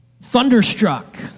Thunderstruck